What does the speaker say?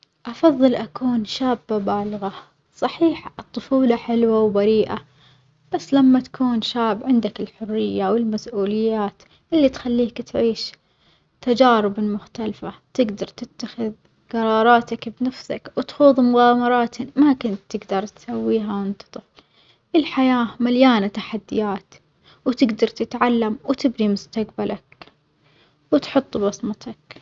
أافظل أكون شابة بالغة، صحيح الطفولة حلوة وبريئة بس لما تكون شاب عندك الحرية والمسؤوليات اللي تخليك تعيش تجارب مختلفة، تجدر تتخذ جراراتك بنفسك وتخوض مغامرات ما كنت تجدر تسويها وإنت طفل، الحياة مليانة تحديات وتجدر تتعلم وتبني مستجبلك وتحط بصمتك.